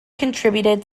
contributed